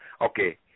Okay